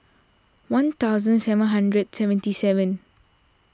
one thousand seven hundred seventy seven